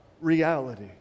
reality